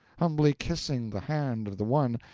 humbly kissing the hand of the one,